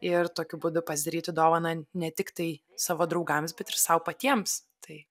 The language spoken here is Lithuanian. ir tokiu būdu pasidaryti dovaną ne tiktai savo draugams bet ir sau patiems tai